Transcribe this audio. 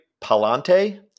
Palante